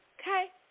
okay